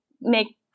make